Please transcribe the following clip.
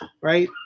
right